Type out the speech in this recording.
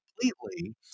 completely